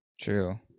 true